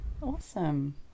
Awesome